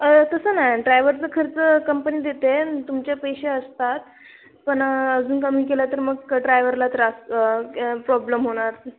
तसं नाही ड्रायव्हरचं खर्च कंपनी देते तुमचे पैसे असतात पण अजून कमी केलं तर मग ड्रायव्हरला त्रास प्रॉब्लेम होणार